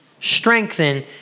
strengthen